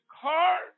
car